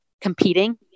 competing